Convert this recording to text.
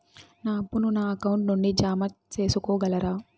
నా అప్పును నా అకౌంట్ నుండి జామ సేసుకోగలరా?